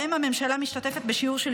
שבהם הממשלה משתתפת בשיעור של